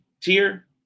tier